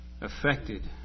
affected